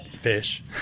Fish